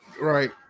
Right